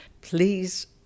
Please